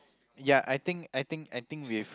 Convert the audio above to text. ya I think I think I think we've